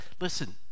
Listen